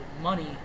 money